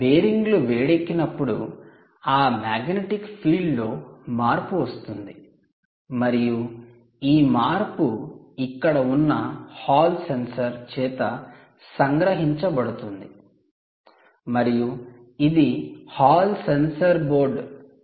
'బేరింగ్లు' వేడెక్కినప్పుడు ఆ magnetic field లో మార్పు వస్తుంది మరియు ఈ మార్పు ఇక్కడ ఉన్న 'హాల్ సెన్సార్' చేత సంగ్రహించబడుతుంది మరియు ఇది 'హాల్ సెన్సార్ బోర్డు '